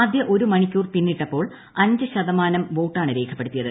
ആദ്യ ഒരു മണിക്കൂർ പിന്നിട്ടപ്പോൾ അഞ്ച് ശതമാനം വോട്ടാണ് രേഖപ്പെടുത്തിയത്